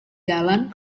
jalan